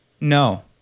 No